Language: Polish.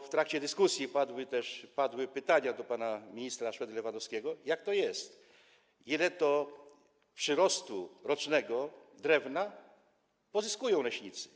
W trakcie dyskusji padły też pytania kierowane do pana ministra Szwedy-Lewandowskiego, jak to jest, ile przyrostu rocznego drewna pozyskują leśnicy.